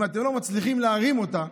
אם אתם לא מצליחים להרים אותה,